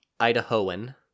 Idahoan